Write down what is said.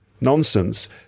nonsense